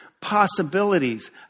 possibilities